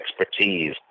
expertise